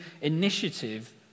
initiative